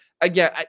Again